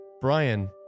Brian